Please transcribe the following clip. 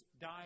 died